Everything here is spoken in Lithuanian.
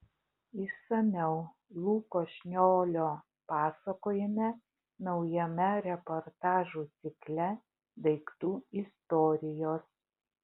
išsamiau luko šniolio pasakojime naujame reportažų cikle daiktų istorijos